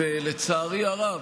ולצערי הרב,